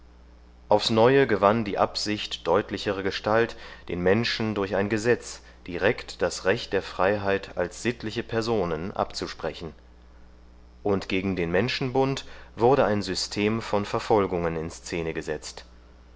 aufs neue gewann die absicht deutlichere gestalt den menschen durch ein gesetz direkt das recht der freiheit als sittliche personen abzusprechen und gegen den menschenbund wurde ein system von verfolgungen in szene gesetzt